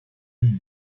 争议